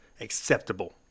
acceptable